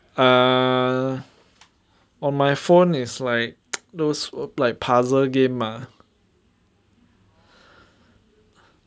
ah on my phone is like those applied puzzle game ah